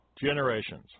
generations